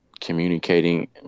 Communicating